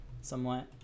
somewhat